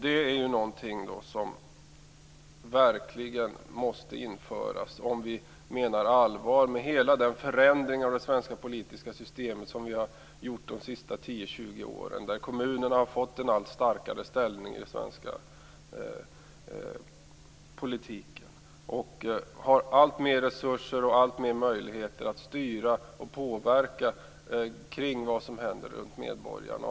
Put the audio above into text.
Det är något som verkligen måste införas om vi menar allvar med hela den förändring av det svenska politiska systemet som vi har genomfört de senaste 10-20 åren, där kommunerna har fått en allt starkare ställning i den svenska politiken. De har alltmer resurser och alltfler möjligheter att styra och påverka vad som händer runt medborgarna.